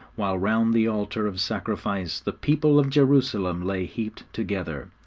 while round the altar of sacrifice the people of jerusalem lay heaped together,